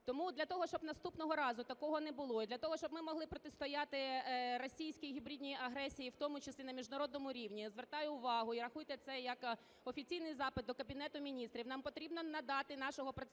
Тому для того, щоб наступного разу такого не було, і для того, щоб ми могли протистояти російській гібридній агресії, в тому числі на міжнародному рівні, звертаю увагу і рахуйте це як офіційний запит до Кабінету Міністрів, нам потрібно надати нашого